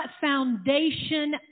foundation